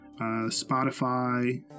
Spotify